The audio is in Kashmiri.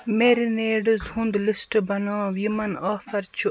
میرِنیڈٕز ہُنٛد لِسٹہٕ بناو یِمَن آفر چھُ